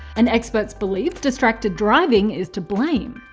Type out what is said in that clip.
and experts believe distracted driving is to blame.